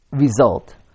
result